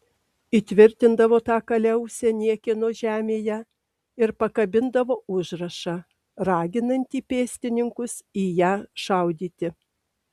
įtvirtindavo tą kaliausę niekieno žemėje ir pakabindavo užrašą raginantį pėstininkus į ją šaudyti